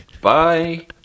bye